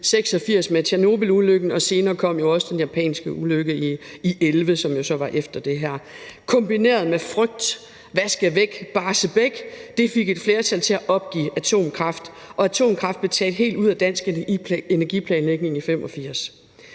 1986 Tjernobylulykken, og senere kom jo også den japanske ulykke i 2011, som så var efter det her, kombineret med frygt, »Hvad skal væk? Barsebäck!« – et flertal til at opgive atomkraft, og atomkraft blev taget helt ud af dansk energiplanlægning i 1985.